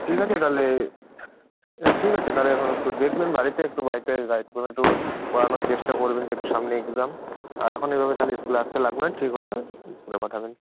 ঠিক আছে তালে ঠিক আছে তালে এখন একটু দেখবেন বাড়িতে একটু বাড়িতে রাইটগুলো একটু পড়ানোর চেষ্টা করবেন যেহেতু সামনে এক্সাম আর এখন এভাবে তাহলে স্কুল আসতে লাগবে না ঠিক হলে স্কুলে পাঠাবেন